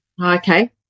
Okay